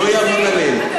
לא אעמוד עליהם.